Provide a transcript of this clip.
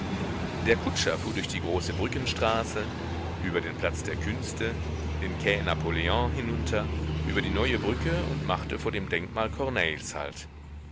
der kutscher fuhr durch die großebrückenstraße über den platz der künste den kai napoleon hinunter über die neue brücke und machte vor dem denkmal corneilles halt